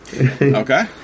Okay